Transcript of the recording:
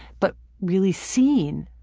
but really seeing,